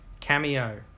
Cameo